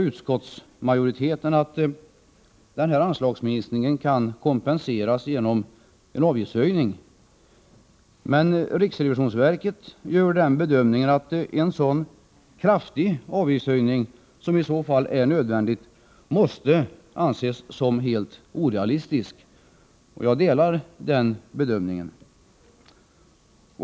Utskottsmajoriteten antyder att anslagsminskningen kan kompenseras genom en avgiftshöjning. Men riksrevisionsverket gör den bedömningen att en så kraftig avgiftshöjning som i så fall är nödvändig måste anses som helt orealistisk, och jag delar den bedömningen.